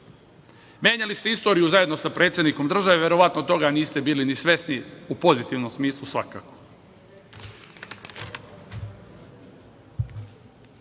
Brnabić. Menjali ste istoriju zajedno sa predsednikom države, verovatno toga niste bili ni svesni, u pozitivnom smislu, svakako. Niste